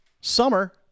Summer